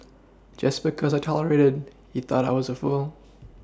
just because I tolerated he thought I was a fool